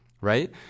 right